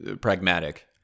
pragmatic